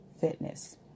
fitness